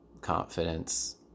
confidence